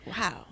wow